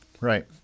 Right